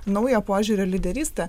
naujo požiūrio lyderystę